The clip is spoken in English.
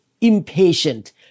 impatient